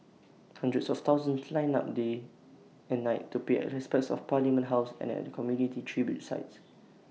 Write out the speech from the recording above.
hundreds of thousands lined up day and night to pay respects at parliament house and at community tribute sites